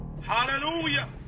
Hallelujah